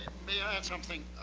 may i add something?